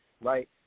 right